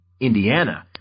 Indiana